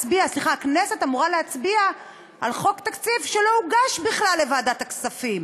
שהכנסת אמורה להצביע על חוק תקציב שלא הוגש בכלל לוועדת הכספים?